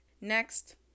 Next